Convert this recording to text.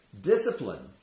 discipline